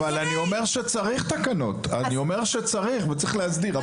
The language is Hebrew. אני אומר שצריך תקנות, וצריך להסדיר.